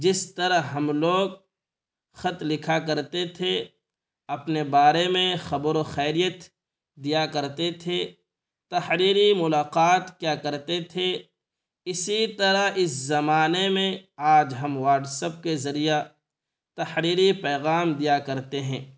جس طرح ہم لوگ خط لکھا کرتے تھے اپنے بارے میں خبر و خیریت دیا کرتے تھے تحریری ملاقات کیا کرتے تھے اسی طرح اس زمانے میں آج ہم واٹس اپ کے ذریعہ تحریری پیغام دیا کرتے ہیں